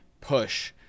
push